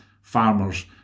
farmers